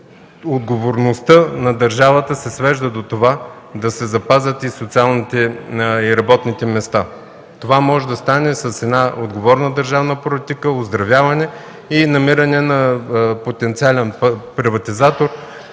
Отговорността на държавата се свежда до запазване на социалните придобивки и работните места. Това може да стане с отговорна държавна политика, оздравяване и намиране на потенциален приватизатор,